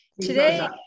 today